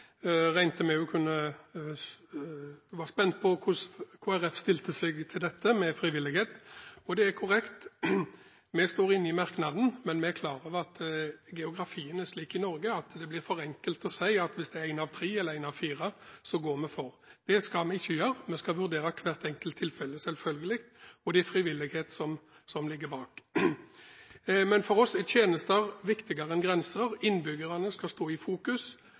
var spent på hvordan Kristelig Folkeparti stilte seg til dette med frivillighet. Det er korrekt at vi står inne i merknaden, men vi er klar over at geografien er slik i Norge at det blir for enkelt å si: Hvis det er én av tre eller én av fire, så går vi for. Det skal vi ikke gjøre. Vi skal selvfølgelig vurdere hvert enkelt tilfelle, og den frivillighet som ligger bak. Men for oss er tjenester viktigere enn grenser. Innbyggerne skal stå i fokus,